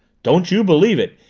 don't you believe it.